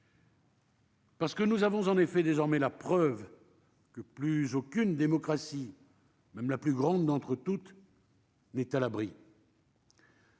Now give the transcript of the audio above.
Parce que nous avons en effet désormais la preuve que plus aucune démocratie. Même la plus grande d'entre toutes. N'est à l'abri.